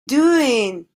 doing